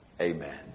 Amen